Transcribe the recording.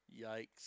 Yikes